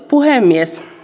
puhemies